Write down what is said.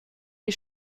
des